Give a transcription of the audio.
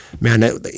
man